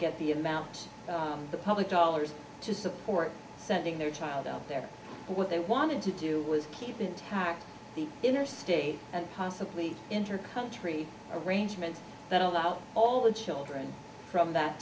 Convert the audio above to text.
get the amount of the public dollars to support sending their child out there what they wanted to do was keep intact the interstate and possibly intercountry arrangements that allowed all the children from that